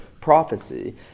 Prophecy